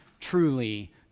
truly